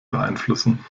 beeinflussen